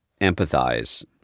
empathize